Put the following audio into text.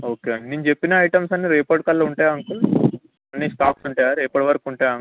okay అండి నేను చెప్పిన ఐటమ్స్ అన్ని రేపటికల్లా ఉంటాయా అంకుల్ అన్ని స్టాక్స్ ఉంటాయా రేపటివరకు ఉంటాయా